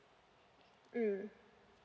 mm